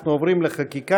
אנחנו עוברים לחקיקה.